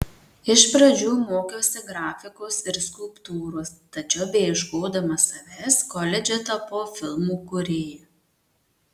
iš pradžių mokiausi grafikos ir skulptūros tačiau beieškodama savęs koledže tapau filmų kūrėja